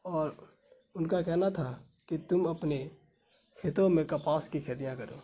اور ان کا کہنا تھا کہ تم اپنے کھیتوں میں کپاس کی کھیتیاں کرو